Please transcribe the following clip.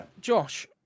Josh